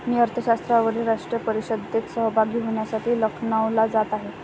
मी अर्थशास्त्रावरील राष्ट्रीय परिषदेत सहभागी होण्यासाठी लखनौला जात आहे